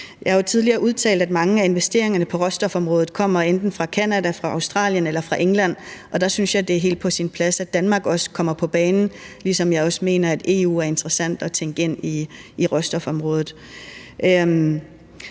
Jeg har jo tidligere udtalt, at mange af investeringerne på råstofområdet kommer fra enten Canada, Australien eller England, og der synes jeg, det er helt på sin plads, at Danmark også kommer på banen, ligesom jeg også mener, at EU er interessant at tænke ind i råstofområdet.